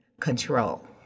control